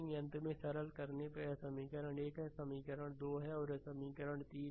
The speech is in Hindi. तो अंत में सरलीकरण पर यह एक समीकरण 1 है यह समीकरण 2 है और यह समीकरण 3 है